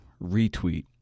retweet